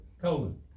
colon